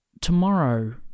tomorrow